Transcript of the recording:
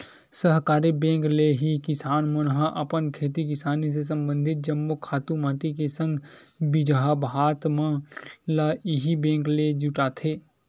सहकारी बेंक ले ही किसान मन ह अपन खेती किसानी ले संबंधित जम्मो खातू माटी के संग बीजहा भात मन ल इही बेंक ले जुटाथे